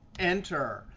enter.